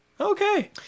Okay